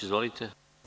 Izvolite.